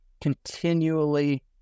continually